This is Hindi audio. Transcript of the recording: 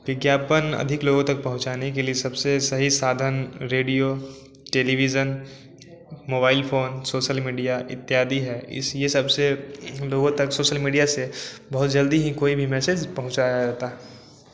विज्ञापन अधिक लोगों तक पहुँचाने के लिए सबसे सही साधन radio television mobile phone social media इत्यादि है इस यह सबसे लोगों तक सोशल मीडिया से बहुत जल्दी ही कोई भी मैसेज पहुँचाया जाता है